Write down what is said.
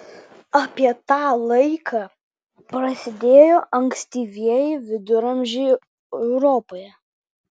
apie tą laiką prasidėjo ankstyvieji viduramžiai europoje